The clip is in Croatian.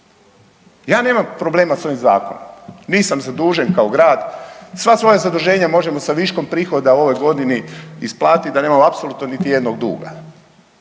Ja nemam problema s ovim Zakonom. Nisam zadužen kao grad, sva svoja zaduženja možemo sa viškom prihoda u ovoj godini isplatiti, da nemamo apsolutno niti jednog duga.